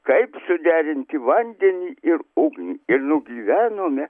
kaip suderinti vandenį ir ugnį ir nugyvenome